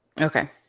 Okay